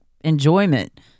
enjoyment